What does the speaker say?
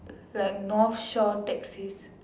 like North shore taxis